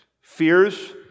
fears